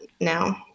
now